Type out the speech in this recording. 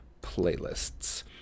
playlists